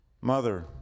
Mother